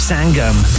Sangam